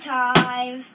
time